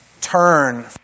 turn